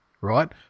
right